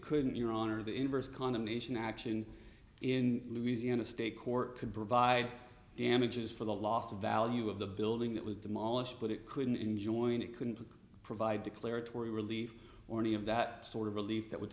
couldn't your honor the inverse condemnation action in louisiana state court could provide damages for the lost value of the building that was demolished but it couldn't enjoy it couldn't provide declaratory relief or any of that sort of relief that would